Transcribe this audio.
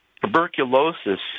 tuberculosis